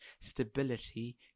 stability